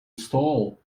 stall